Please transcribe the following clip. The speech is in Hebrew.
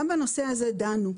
גם בנושא הזה דנו.